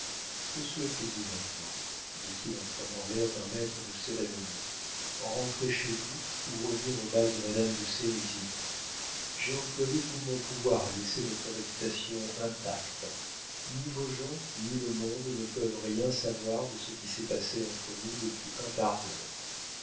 que souhaitez-vous maintenant dit-il en prenant l'air d'un maître de cérémonies rentrer chez vous ou revenir au bal de madame de sérizy j'ai employé tout mon pouvoir à laisser votre réputation intacte ni vos gens ni le monde ne peuvent rien savoir de ce qui s'est passé entre nous depuis un quart d'heure